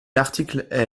l’article